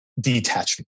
detachment